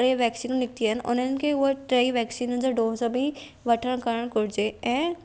टे वेक्सीन निकितियूं आहिनि हुननि खे उहा टई वेक्सीन जा डोज़ बि वठणु करणु घुरिजे ऐं